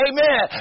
Amen